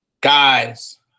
guys